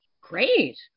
Great